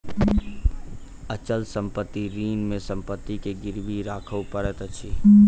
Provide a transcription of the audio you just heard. अचल संपत्ति ऋण मे संपत्ति के गिरवी राखअ पड़ैत अछि